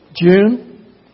June